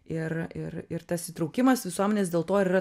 ir ir ir tas įtraukimas visuomenės dėl to ir yra